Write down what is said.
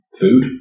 food